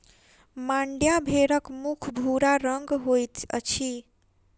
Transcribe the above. मांड्या भेड़क मुख भूरा रंग के होइत अछि